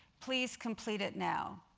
please complete it now.